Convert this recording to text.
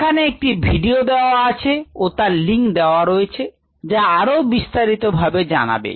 এখানে একটি ভিডিও দেওয়া আছে ও তার লিঙ্ক দেওয়া রয়েছে যা আরও বিস্তারিতভাবে জানাবে